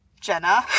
Jenna